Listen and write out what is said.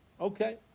Okay